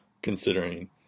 considering